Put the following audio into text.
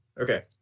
Okay